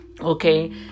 Okay